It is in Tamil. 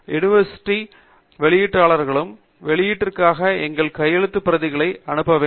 யுனிவர்சிட்டிலிருந்து பல்கலைக் கழகம் வரைக்கும் வெளியீட்டாளர்களிடமும் வெளியீட்டிற்காக எங்கள் கையெழுத்துப் பிரதிகளை அனுப்ப வேண்டும்